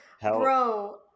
Bro